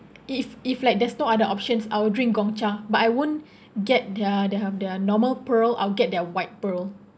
if if like there's no other options I'll drink Gongcha but I won't get their their their normal pearl I'll get their white pearl